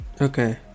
Okay